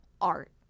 art